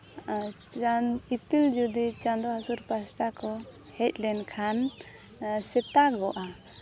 ᱟᱨ ᱤᱯᱤᱞ ᱡᱩᱫᱤ ᱪᱟᱸᱫᱳ ᱦᱟᱹᱥᱩᱨ ᱯᱟᱥᱱᱟ ᱠᱚ ᱦᱮᱡ ᱞᱮᱱᱠᱷᱟᱱ ᱥᱮᱛᱟᱜᱚᱜᱼᱟ